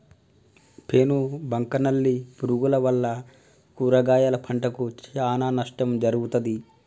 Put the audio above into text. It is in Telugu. పేను బంక నల్లి పురుగుల వల్ల కూరగాయల పంటకు చానా నష్టం జరుగుతది